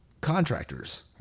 contractors